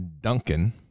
Duncan